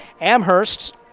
Amherst